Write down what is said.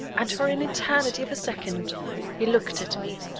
and for an eternity of a second he looked at me,